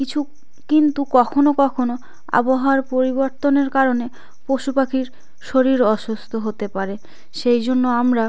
কিছু কিন্তু কখনও কখনও আবহাওয়ার পরিবর্তনের কারণে পশু পাখির শরীর অসুস্থ হতে পারে সেই জন্য আমরা